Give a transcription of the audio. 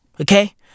Okay